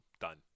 Done